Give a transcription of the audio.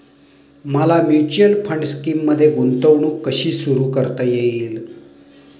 मला mutual fund स्कीममध्ये गुंतवणूक कशी सुरू करता येईल?